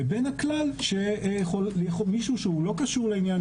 לבין הכלל מישהו שהוא לא קשור לעניין,